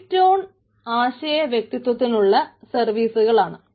key stone ആശയ വ്യക്തിത്വത്തിനുള്ള സർവീസുകളാണ്